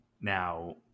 now